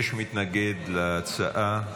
יש מתנגד להצעה.